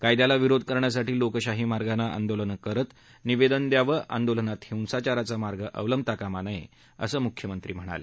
कायद्याला विरोध करण्यासाठी लोकशाही मार्गानं आंदोलन करत निवेदन द्यावं आंदोलनात हिंसाचाराचा मार्ग अवलंबता कामा नये असं मुख्यमंत्री म्हणाले